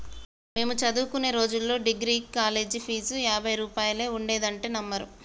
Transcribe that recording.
మేము చదువుకునే రోజుల్లో డిగ్రీకి కాలేజీ ఫీజు యాభై రూపాయలే ఉండేదంటే నమ్మరు